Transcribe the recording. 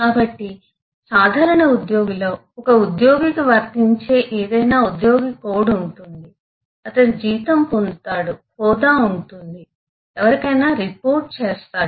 కాబట్టి సాధారణగా ఉద్యోగిలో ఒక ఉద్యోగికి వర్తించే ఏదైనా ఉద్యోగి కోడ్ ఉంటుంది అతను జీతం పొందుతాడు హోదా ఉంటుంది ఎవరికైనా రిపోర్టు చేస్తాడు